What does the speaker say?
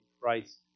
Christ